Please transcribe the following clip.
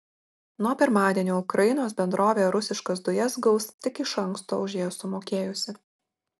nuo pirmadienio ukrainos bendrovė rusiškas dujas gaus tik iš anksto už jas sumokėjusi